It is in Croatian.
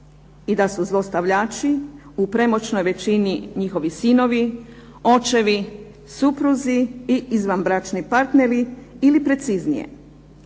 I da su zlostavljači u premoćnoj većini njihovi sinovi, očevi, supruzi i izvanbračni partneri ili preciznije.